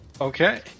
Okay